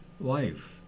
life